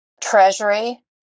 treasury